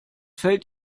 fällt